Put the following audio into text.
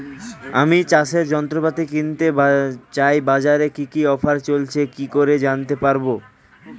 আমি চাষের যন্ত্রপাতি কিনতে চাই বাজারে কি কি অফার চলছে কি করে জানতে পারবো?